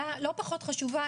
שאלה לא פחות חשובה,